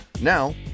Now